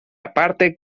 aparte